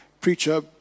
preacher